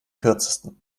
kürzesten